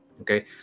Okay